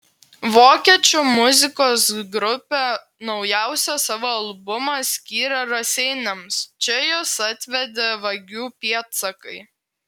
vokiečių muzikos grupė naujausią savo albumą skyrė raseiniams čia juos atvedė vagių pėdsakai